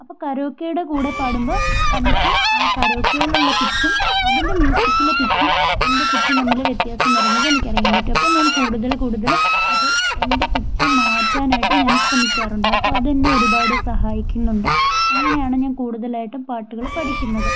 അപ്പോൾ കരോക്കേടെ കൂടെ പാടുമ്പോൾ എനിക്ക് ആ കരോക്കേലുള്ള പിച്ചും അതിൻ്റെ മ്യൂസിക്കിലെ പിച്ചും എൻ്റെ പിച്ചും തമ്മിൽ വ്യത്യാസം വരുന്നത് എനിക്കറിയാൻ പറ്റും അപ്പോൾ ഞാൻ കൂടുതൽ കൂടുതൽ അത് എൻ്റെ പിച്ച് മാറ്റാനായിട്ട് ഞാൻ ശ്രമിക്കാറുണ്ട് അപ്പോൾ അതെന്നെ ഒരുപാട് സഹായിക്കുന്നുണ്ട് അങ്ങനെയാണ് ഞാൻ കൂടുതലായിട്ടും പാട്ടുകള് പഠിക്കുന്നത്